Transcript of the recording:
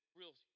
real